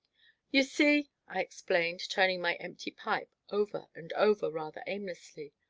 you see, i explained, turning my empty pipe over and over, rather aimlessly,